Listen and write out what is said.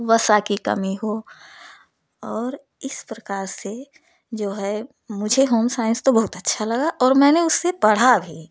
वसा की कमी हो और इस प्रकार से जो है मुझे होमसाइंस तो बहुत अच्छा लगा और मैंने उसे पढ़ा भी